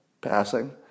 passing